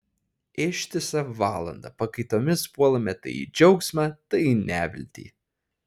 ištisą valandą pakaitomis puolame tai į džiaugsmą tai į neviltį